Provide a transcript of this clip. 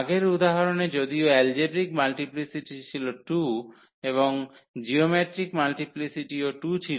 আগের উদাহরণে যদিও এলজেব্রিক মাল্টিপ্লিসিটি ছিল 2 এবং জিওমেট্রিক মাল্টিপ্লিসিটিও 2 ছিল